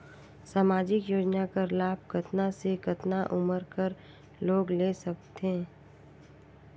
समाजिक योजना कर लाभ कतना से कतना उमर कर लोग ले सकथे?